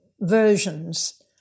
versions